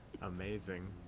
Amazing